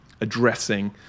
addressing